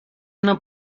una